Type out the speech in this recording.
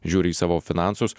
žiūri į savo finansus